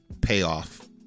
payoff